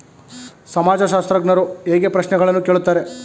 ಸಮಾಜಶಾಸ್ತ್ರಜ್ಞರು ಹೇಗೆ ಪ್ರಶ್ನೆಗಳನ್ನು ಕೇಳುತ್ತಾರೆ?